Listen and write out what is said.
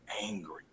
angry